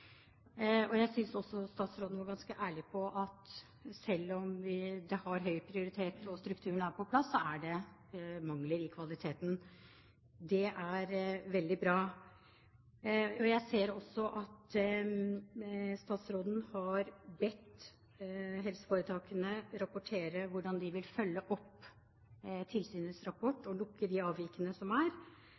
Jeg synes også statsråden var ganske ærlig på – og det er veldig bra – at selv om dette har høy prioritet og strukturen er på plass, er det mangler i kvaliteten. Jeg ser også at statsråden har bedt helseforetakene rapportere hvordan de vil følge opp tilsynets rapport og lukke de avvikene som er.